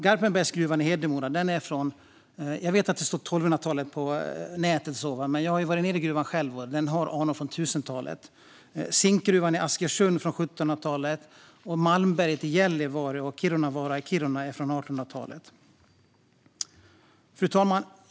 Garpenbergsgruvan i Hedemora har jag varit nere i själv, och jag vet att den har anor från 1000-talet, även om det står när man söker på nätet att den är från 1200-talet. Zinkgruvan i Askersund är från 1700-talet, och Malmberget i Gällivare och Kiirunavaara i Kiruna är från 1800-talet. Fru talman!